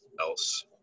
else